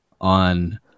on